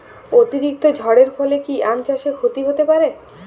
অতিরিক্ত ঝড়ের ফলে কি আম চাষে ক্ষতি হতে পারে?